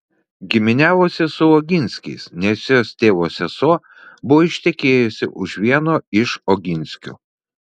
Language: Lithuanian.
giminiavosi su oginskiais nes jos tėvo sesuo buvo ištekėjusi už vieno iš oginskių